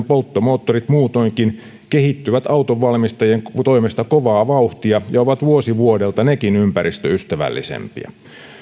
polttomoottorit muutoinkin kehittyvät autonvalmistajien toimesta kovaa vauhtia ja ovat vuosi vuodelta nekin ympäristöystävällisempiä